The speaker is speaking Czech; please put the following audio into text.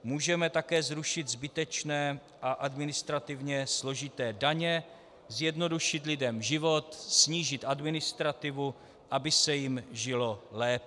Můžeme také zrušit zbytečné a administrativně složité daně, zjednodušit lidem život, snížit administrativu, aby se jim žilo lépe.